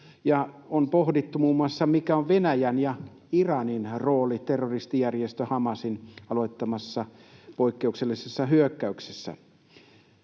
pohdittu, mikä on Venäjän ja Iranin rooli terroristijärjestö Hamasin aloittamassa poikkeuksellisessa hyökkäyksessä.